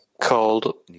called